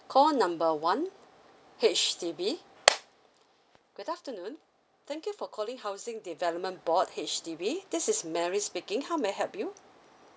call number one H_D_B good afternoon thank you for calling housing development board H_D_B this is mary speaking how may I help you